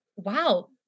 wow